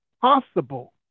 possible